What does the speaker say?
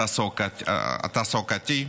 התעסוקתי,